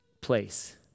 place